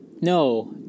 No